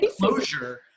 closure